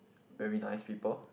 very nice people